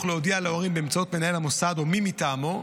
להודיע להורים באמצעות מנהל המוסד או מי מטעמו,